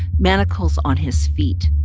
manacles on his feet.